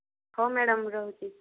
ହଉ ମ୍ୟାଡ଼ାମ ମୁଁ ରହୁଛି